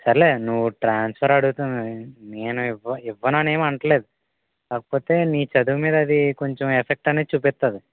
సరేలే నువు ట్రాన్స్ఫర్ అడుగుతున్నావు నేను ఇవ్వ ఇవ్వనని ఏమి అనటంలేదు కాకపోతే నీ చదువు మీద అది కొంచెం ఎఫెక్ట్ అనేది చూపిస్తుంది